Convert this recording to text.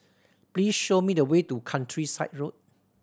please show me the way to Countryside Road